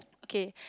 okay